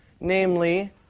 namely